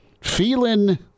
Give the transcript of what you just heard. feeling